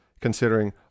considering